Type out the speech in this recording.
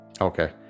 Okay